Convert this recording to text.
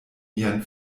mian